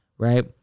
Right